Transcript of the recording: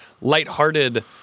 lighthearted